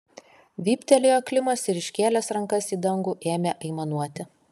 vyptelėjo klimas ir iškėlęs rankas į dangų ėmė aimanuoti